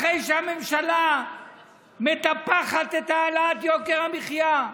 אחרי שהממשלה מטפחת את העלאת יוקר המחיה.